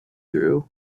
through